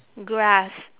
grass